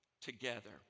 Together